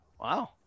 wow